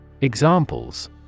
examples